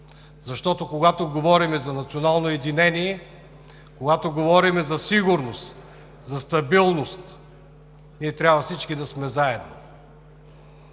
защото, когато говорим за национално единение, когато говорим за сигурност, за стабилност, всички ние трябва да сме заедно.